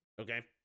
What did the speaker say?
Okay